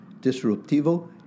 Disruptivo